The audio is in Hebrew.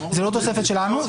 זה לא תוספת שלנו,